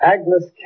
Agnes